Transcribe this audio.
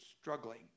struggling